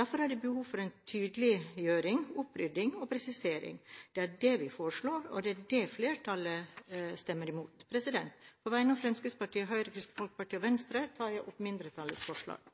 Derfor er det behov for tydeliggjøring, opprydning og presisering. Det er det vi foreslår, og det er det flertallet stemmer imot. På vegne av Fremskrittspartiet, Høyre, Kristelig Folkeparti og Venstre tar jeg opp mindretallets forslag.